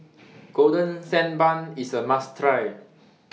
Golden Sand Bun IS A must Try